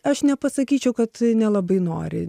aš nepasakyčiau kad nelabai nori